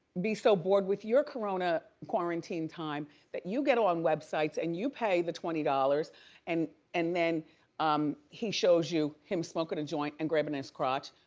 be so bored with your corona quarantine time that you get on websites and you pay the twenty dollars and and then um he shows you him smoking a joint and grabbing his crotch,